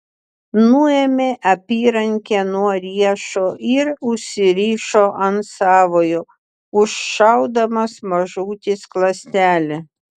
nuėmė apyrankę nuo riešo ir užsirišo ant savojo užšaudamas mažutį skląstelį